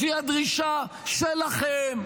לפי הדרישה שלכם.